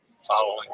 following